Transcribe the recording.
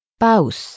paus